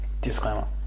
Disclaimer